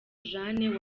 jeanne